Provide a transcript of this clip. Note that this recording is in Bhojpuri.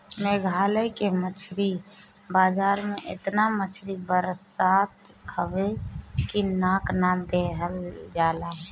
मेघालय के मछरी बाजार में एतना मछरी बसात हवे की नाक ना धइल जाला